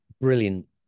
brilliant